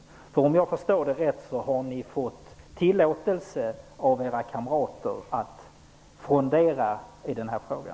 Om jag har förstått det rätt har ni fått tillåtelse av era kamrater att frondera i denna fråga.